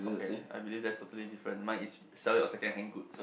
okay I believe that's totally different mine is sell your second hand goods